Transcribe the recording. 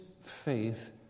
faith